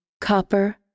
copper